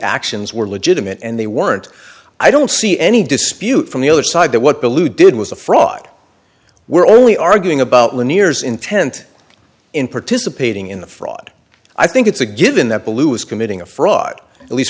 actions were legitimate and they weren't i don't see any dispute from the other side that what bellew did was a fraud we're only arguing about lanier's intent in participating in the fraud i think it's a given that bellew is committing a fraud at least